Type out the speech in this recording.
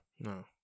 No